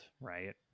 Right